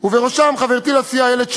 ובראשם חברתי לסיעה איילת שקד,